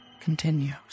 continues